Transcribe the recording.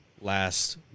last